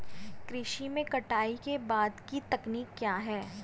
कृषि में कटाई के बाद की तकनीक क्या है?